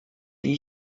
die